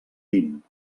vint